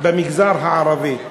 במגזר הערבי.